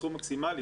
סכום מכסימלי?